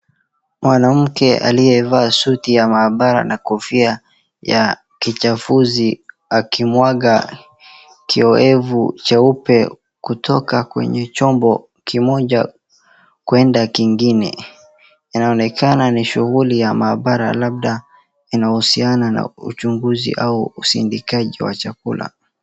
Mwanamke aliyevaa suti ya maabara na kofia ya kichafuzi akimwaga kiwevu cheupe kutoka kwenye chombo kimoja kwenda kingine, inaonekana ni shughuli ya mahabara labda inahusiana na uchunguzi au ushindikaji wa chakula.